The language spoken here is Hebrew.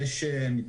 היום,